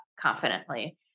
confidently